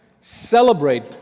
celebrate